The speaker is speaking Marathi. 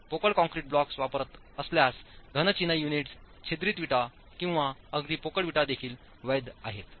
आपण पोकळ कॉंक्रीट ब्लॉक्स वापरत असल्यास घन चिनाई युनिट्स छिद्रित विटा किंवा अगदी पोकळ विटा देखील वैध आहेत